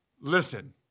listen